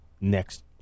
next